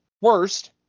Worst